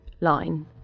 line